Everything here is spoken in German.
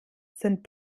sind